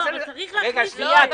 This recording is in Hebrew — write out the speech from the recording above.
לא, אבל צריך להכניס את זה.